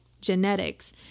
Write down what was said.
genetics